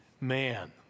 man